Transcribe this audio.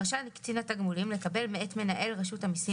קצין תגמולים רשאי לקבל מאת מנהל רשות המסים